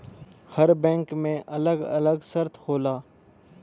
हर bank के अलग अलग शर्त होला